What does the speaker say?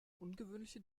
ungewöhnliche